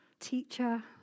teacher